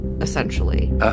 essentially